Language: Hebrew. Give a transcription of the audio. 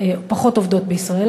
פחות עובדות בישראל,